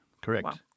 Correct